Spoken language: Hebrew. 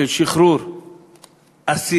של שחרור אסיר